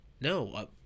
no